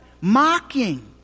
mocking